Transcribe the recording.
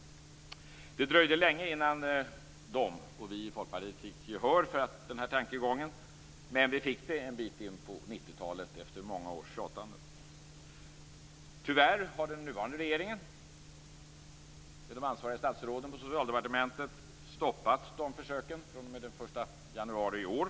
Det dröjde länge innan de och vi i Folkpartiet fick gehör för den här tankegången. Men vi fick det en bit in på 90-talet, efter många års tjatande. Tyvärr har den nuvarande regeringen, med de ansvariga statsråden på Socialdepartementet, stoppat de försöken fr.o.m. den 1 januari i år.